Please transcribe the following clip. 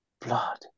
Blood